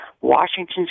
Washington